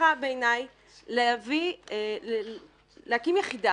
בעיניי היא צריכה להקים יחידה